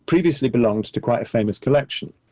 previously belongs to quite a famous collection.